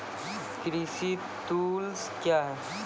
कृषि टुल्स क्या हैं?